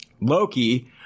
Loki